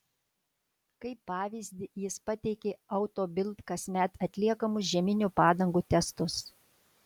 kaip pavyzdį jis pateikė auto bild kasmet atliekamus žieminių padangų testus